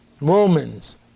Romans